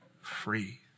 free